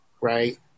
right